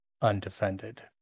undefended